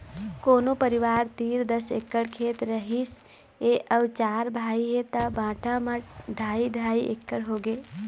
कोनो परिवार तीर दस एकड़ खेत रहिस हे अउ चार भाई हे त बांटा म ढ़ाई ढ़ाई एकड़ होगे